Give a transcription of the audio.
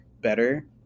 better